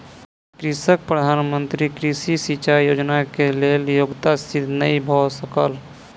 कृषकक प्रधान मंत्री कृषि सिचाई योजना के लेल योग्यता सिद्ध नै भ सकल